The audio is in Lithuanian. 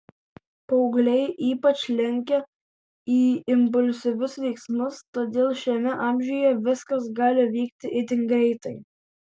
paaugliai ypač linkę į impulsyvius veiksmus todėl šiame amžiuje viskas gali vykti itin greitai